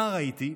נער הייתי,